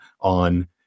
on